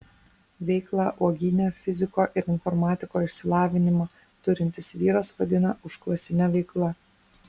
veiklą uogyne fiziko ir informatiko išsilavinimą turintis vyras vadina užklasine veikla